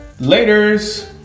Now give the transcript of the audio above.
laters